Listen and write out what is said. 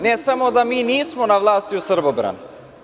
Ne samo da mi nismo na vlasti u Srbobranu.